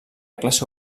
classe